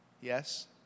Yes